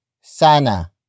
sana